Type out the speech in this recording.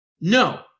no